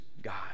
God